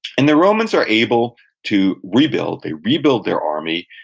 and the romans are able to rebuild. they rebuild their army,